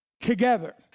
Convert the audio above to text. together